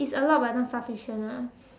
it's a lot but not sufficient ah